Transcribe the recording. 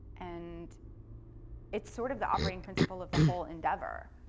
and it's sort of the operating principle of the whole endeavor.